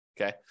Okay